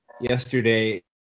yesterday